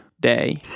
day